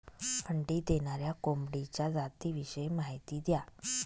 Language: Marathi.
अंडी देणाऱ्या कोंबडीच्या जातिविषयी माहिती द्या